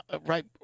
right